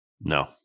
No